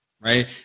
right